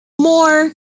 more